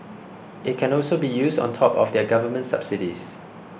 it can also be used on top of their government subsidies